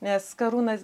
nes karūnas